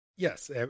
Yes